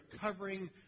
covering